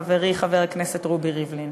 חברי חבר הכנסת רובי ריבלין.